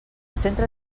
centre